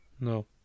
No